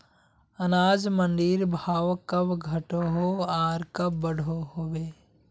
अनाज मंडीर भाव कब घटोहो आर कब बढ़ो होबे?